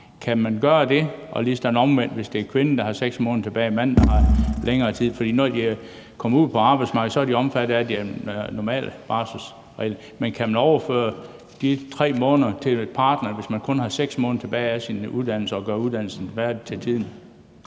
Kan man gøre det? Og omvendt – det kan være kvinden, der har 6 måneder tilbage, og hvor manden har længere tid. Når de kommer ud på arbejdsmarkedet, er de jo omfattet af de normale barselsregler, men kan man overføre de 3 måneder til ens partner, hvis man kun har 6 måneder tilbage af sin uddannelse og gør uddannelsen færdig til tiden?